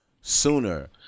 sooner